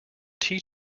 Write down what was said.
tea